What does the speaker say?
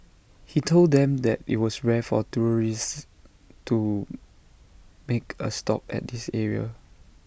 he told them that IT was rare for tourists to make A stop at this area